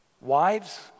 Wives